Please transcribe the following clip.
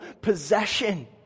possession